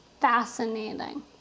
fascinating